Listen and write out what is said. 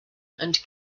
and